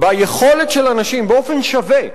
ביכולת של אנשים, באופן שווה,